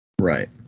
Right